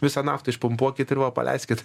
visą naftą išpumpuokit ir va paleiskit